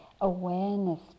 awareness